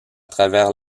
travers